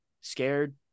scared